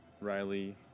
Riley